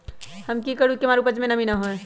हम की करू की हमार उपज में नमी होए?